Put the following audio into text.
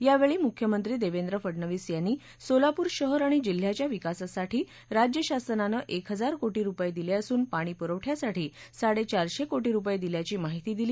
यावळी मुख्यमंत्री दक्षेद्र फडणवीस यांनी सोलापूर शहर आणि जिल्ह्याच्या विकासासाठी राज्यशासनानं एक हजार कोटी दिलक्रिसून पाणी पुरवठ्यासाठी साडक्रिशक्रीटी रुपय डिल्याची माहिती दिली